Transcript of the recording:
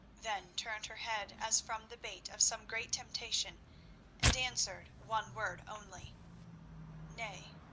then turned her head as from the bait of some great temptation and answered one word only nay.